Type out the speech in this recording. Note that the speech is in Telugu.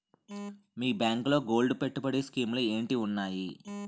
మీ బ్యాంకులో గోల్డ్ పెట్టుబడి స్కీం లు ఏంటి వున్నాయి?